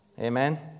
amen